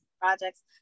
projects